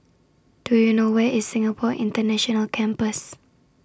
Do YOU know Where IS Singapore International Campus